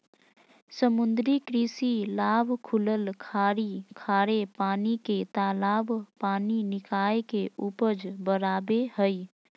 समुद्री कृषि लाभ खुलल खाड़ी खारे पानी के तालाब पानी निकाय के उपज बराबे हइ